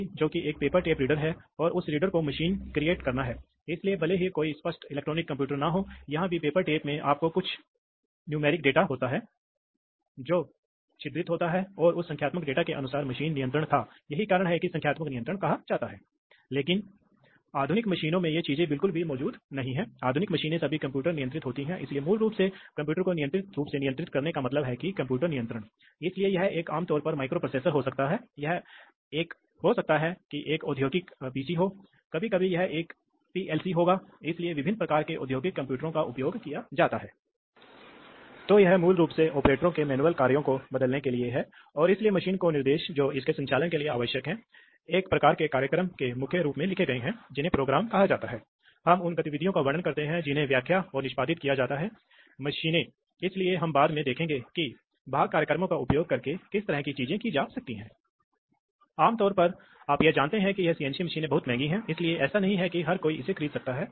इसलिए जिस क्षण सिलेंडर तेजी से आगे बढ़ता है तुरंत फ्लो कंट्रोल वाल्व कुछ दबाव विकसित करता है जो सिलेंडर को डिस्लेरेट करता है इसलिए यह एक तरह का है इसलिए यह एक तरह की नकारात्मक प्रतिक्रिया है और यह सिलेंडर गति को स्थिर करेगा इसलिए एप्लिकेशन दिखाया गया है यहां इसलिए आप देखते हैं कि यह है मुझे लगता है कि हमने जलविद्युत के मामले में भी चर्चा की है जबकि द्रव बह रहा है यह इस मार्ग से बह रहा है इसलिए एक चेक वाल्व है जो प्रवाह नियंत्रण वाल्व को बायपास करता है इसलिए यह इस रास्ते पर जाएगा और यह यहां प्रवेश करेगा लेकिन जब यह द्रव बाहर आ रहा है जो स्पष्ट रूप से निष्कासित किया जा रहा है तो चेक वाल्व के माध्यम से पारित नहीं किया जा सकता है क्योंकि वहाँ नहीं है यह इस तरह से प्रवाह नहीं कर सकता है